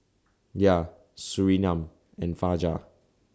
Dhia Surinam and Fajar